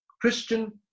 Christian